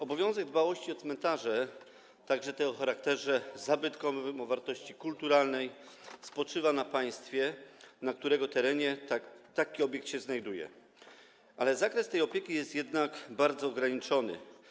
Obowiązek dbałości o cmentarze, także te o charakterze zabytkowym, o wartości kulturalnej, spoczywa na państwie, na którego terenie taki obiekt się znajduje, ale zakres tej opieki jest jednak bardzo ograniczony.